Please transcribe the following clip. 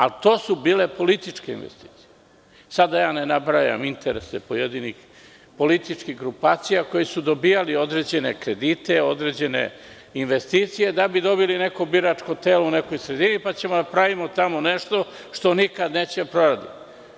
Ali, to su bile političke investicije, da sada ne nabrajam interese pojedinih političkih grupacija koje su dobijale određene kredite, određene investicije da bi dobili neko biračko telo u nekoj sredini, pa ćemo da pravimo tamo nešto što nikad neće da proradi.